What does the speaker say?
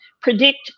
predict